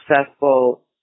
successful